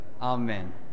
Amen